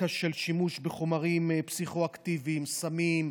רקע של שימוש בחומרים פסיכו-אקטיביים, סמים,